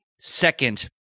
second